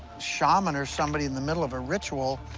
shaman or somebody in the middle of a ritual.